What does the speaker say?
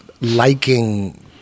liking